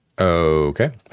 Okay